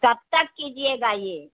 کب تک کیجیے گا یہ